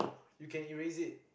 you can erase it